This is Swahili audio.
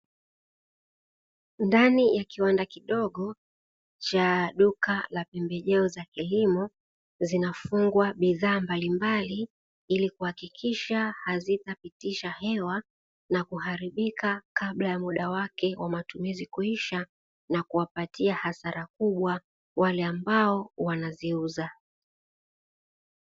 Ndani ya kiwanda kidogo cha duka la pembejeo za kilimo zinafungwa bidhaa mbalimbali, ili kuhakikisha hazitapitisha hewa na kuharibika kabla ya muda wake wa matumizi kuisha na kuwapatia hasara kubwa wale ambao wanaziuza.